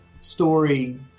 story